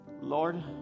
Lord